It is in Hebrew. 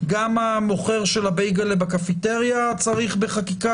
גם המוכר של הבייגלה בקפיטריה צריך בחקיקה